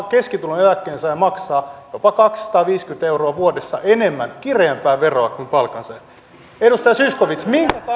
keskituloinen eläkkeensaaja maksaa jopa kaksisataaviisikymmentä euroa vuodessa enemmän kireämpää veroa kuin palkansaaja edustaja zyskowicz